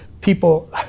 people